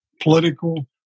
political